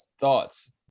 thoughts